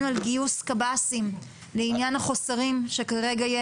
על גיוס קבסי"ם לעניין החוסרים שכרגע,